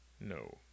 no